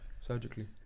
Surgically